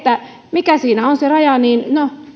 mikä siinä on se raja no